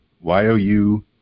Y-O-U